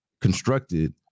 constructed